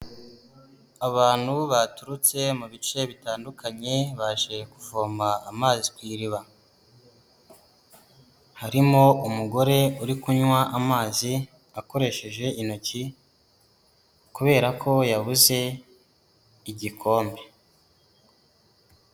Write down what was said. Abantu baturutse mu bice bitandukanyeje kuvoma amazi ku iriba, harimo uri kunywa amazi akoresheje intoki kubera ko yabuze igikombe.